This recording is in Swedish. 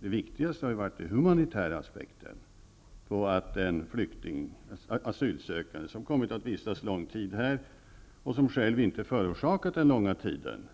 Det viktigaste har varit den humanitära aspekten. Det faktum att en asylsökande som kommit att vistas lång tid här -- och som inte själv har förorsakat den långa väntetiden